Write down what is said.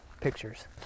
pictures